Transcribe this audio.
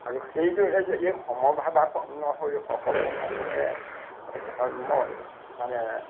আৰু সেইদৰে যদি সমভাৱাপন্ন হৈ সকলো মানুহে ধৰ্মক মানে